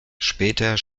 später